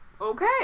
Okay